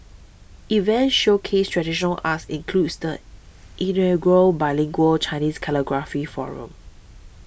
events showcase traditional arts includes the inaugural bilingual Chinese calligraphy forum